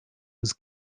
was